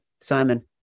Simon